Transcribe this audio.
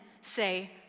say